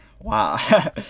wow